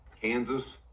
Kansas